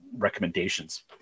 recommendations